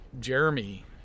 Jeremy